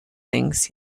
things